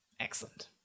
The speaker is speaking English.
Excellent